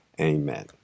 amen